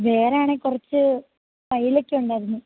വേറെയാണെങ്കില് കുറച്ച് ഫയലൊക്കെയുണ്ടായിരുന്നു